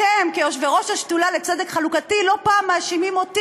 אתם כיושבי-ראש השדולה לצדק חלוקתי לא פעם מאשימים אותי